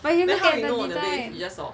but you look at the design